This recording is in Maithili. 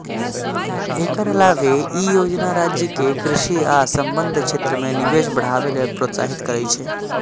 एकर अलावे ई योजना राज्य कें कृषि आ संबद्ध क्षेत्र मे निवेश बढ़ावे लेल प्रोत्साहित करै छै